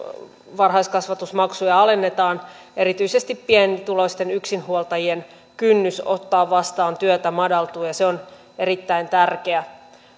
varhaiskasvatusmaksuja alennetaan erityisesti pienituloisten yksinhuoltajien kynnys ottaa vastaan työtä madaltuu ja se on erittäin tärkeää